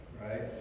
right